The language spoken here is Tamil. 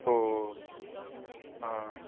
ஓ ஓ ஆ